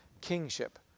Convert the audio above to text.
Kingship